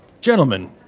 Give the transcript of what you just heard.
Gentlemen